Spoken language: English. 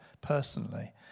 personally